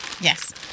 Yes